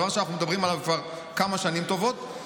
הדבר שאנחנו מדברים עליו כבר כמה שנים טובות,